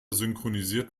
synchronisiert